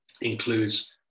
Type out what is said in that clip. includes